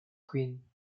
queen